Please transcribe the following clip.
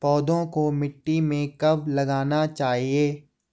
पौधों को मिट्टी में कब लगाना चाहिए?